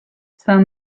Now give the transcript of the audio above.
saint